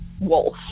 Wolf